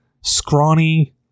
scrawny